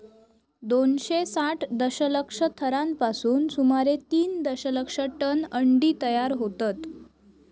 दोनशे साठ दशलक्ष थरांपासून सुमारे तीन दशलक्ष टन अंडी तयार होतत